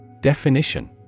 Definition